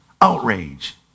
outrage